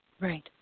Right